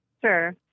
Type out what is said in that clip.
Sure